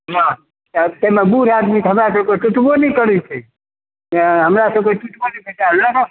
एहिमे ताहिमे बूढ़ आदमीके हमरा सबके टूटबो नहि करैत छै हमरा सबके टूटबो नहि करैत छै आ लरम